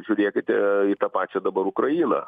žiūrėkite į tą pačią dabar ukrainą